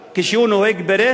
אם הוא ייתפס חלילה נוהג ברכב,